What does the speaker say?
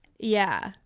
yeah,